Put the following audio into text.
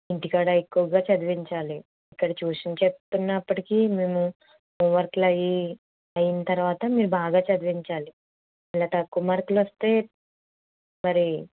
ఇంటికాడ ఎక్కువగా చదివించాలి ఇక్కడ ట్యూషన్ చెప్తున్నప్పటికీ మేము హోంవర్క్లవి అయిన తరువాత మీరు బాగా చదివించాలి ఇలా తక్కువ మార్కులు వస్తే మరి